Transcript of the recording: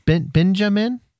Benjamin